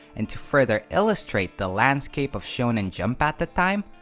and to further illustrate the landscape of shonen jump at the time,